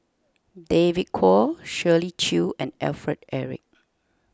David Kwo Shirley Chew and Alfred Eric